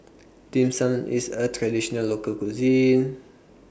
Dim Sum IS A Traditional Local Cuisine